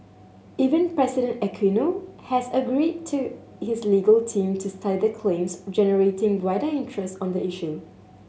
Even President Aquino has agreed to his legal team to study the claims generating wider interest on the issue